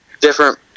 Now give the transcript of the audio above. different